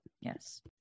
Yes